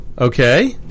Okay